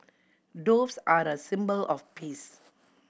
doves are a symbol of peace